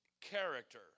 character